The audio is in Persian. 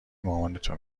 مامانتو